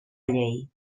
llei